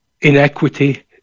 inequity